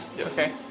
okay